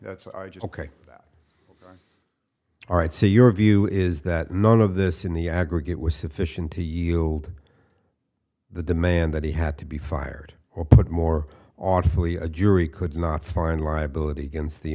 that all right so your view is that none of this in the aggregate was sufficient to yield the demand that he had to be fired or put more ought to fully a jury could not find liability against the